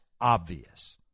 obvious